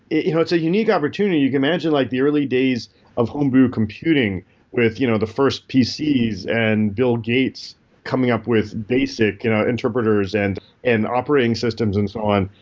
you know it's a unique opportunity. you can manage it like the early days of homebrew computing with you know the first pcs and bill gates coming up with basic interpreters and and operating systems and so on.